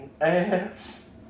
ass